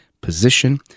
position